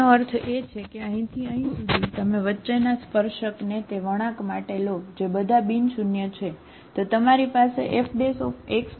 તેનો અર્થ એ છે કે અહીંથી અહીં સુધી તમે વચ્ચેના સ્પર્શકને તે વળાંક માટે લો જે બધા બિન શૂન્ય છે બરાબર